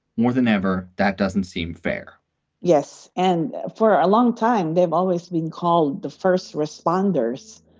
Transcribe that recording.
more than ever, that doesn't seem fair yes. and for a long time, they've always been called the first responders.